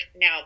Now